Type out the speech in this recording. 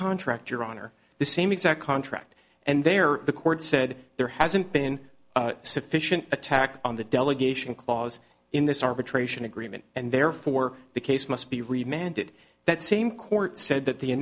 contract your honor the same exact contract and there the court said there hasn't been sufficient attack on the delegation clause in this arbitration agreement and therefore the case must be remained it that same court said that the